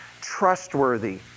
Trustworthy